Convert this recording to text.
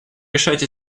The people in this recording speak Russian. решать